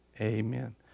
Amen